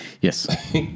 Yes